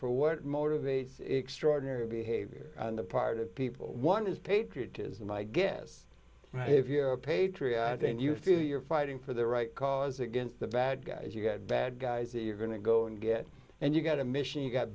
for what motivates extraordinary behavior on the part of people one is patriotism i guess if you're patriotic and you feel you're fighting for the right cause against the bad guys you've got bad guys you're going to go and get and you've got a mission you've got